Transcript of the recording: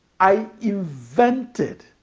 i invented